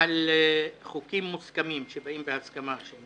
על חוקים מוסכמים שבאים בהסכמה.